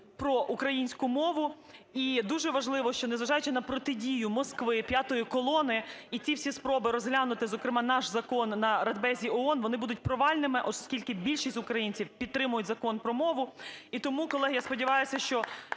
про українську мову. І дуже важливо, що, незважаючи на протидію Москви, "п'ятої колони", і ті всі спроби розглянути, зокрема, наш закон на Радбезі ООН, вони будуть провальними, оскільки більшість українців підтримують Закон про мову. І тому, колеги, я сподіваюся, що